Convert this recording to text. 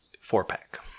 four-pack